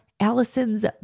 Allison's